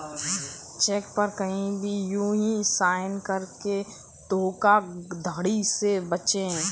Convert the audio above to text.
check पर कहीं भी यू हीं साइन न करें धोखाधड़ी से बचे